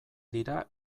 dira